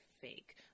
fake